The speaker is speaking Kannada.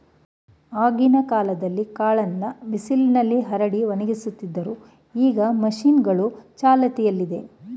ಆಗಿನ ಕಾಲ್ದಲ್ಲೀ ಕಾಳನ್ನ ಬಿಸಿಲ್ನಲ್ಲಿ ಹರಡಿ ಒಣಗಿಸ್ತಿದ್ರು ಈಗ ಮಷೀನ್ಗಳೂ ಚಾಲ್ತಿಯಲ್ಲಿದೆ